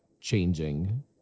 changing